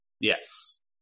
Yes